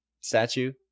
statue